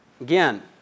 Again